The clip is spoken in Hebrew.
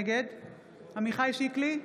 נגד עמיחי שיקלי,